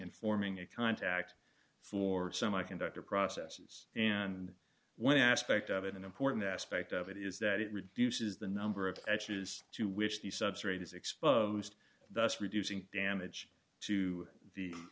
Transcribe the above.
in forming a contact for semiconductor processes and one aspect of an important aspect of it is that it reduces the number of edges to which the substrate is exposed thus reducing damage to the